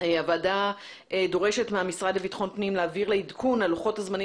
הוועדה דורשת מהמשרד לביטחון פנים להעביר לה עדכון על לוחות הזמנים